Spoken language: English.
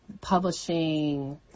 publishing